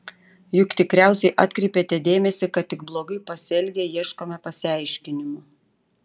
juk tikriausiai atkreipėte dėmesį kad tik blogai pasielgę ieškome pasiaiškinimų